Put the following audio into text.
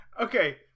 Okay